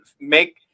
make